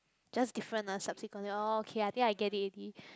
just different ah subsequently orh okay I think I get it already